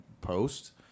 post